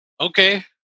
okay